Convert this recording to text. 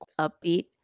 upbeat